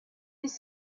his